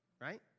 right